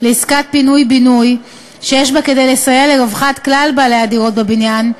לעסקת פינוי-בינוי שיש בה כדי לסייע לרווחת כלל בעלי הדירות בבניין,